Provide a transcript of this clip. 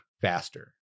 faster